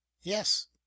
yes